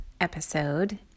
episode